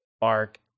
Bark